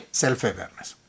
self-awareness